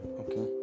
okay